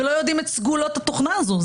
ולא יודעים את סגולות התוכנה הזאת.